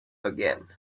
again